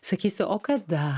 sakysiu o kada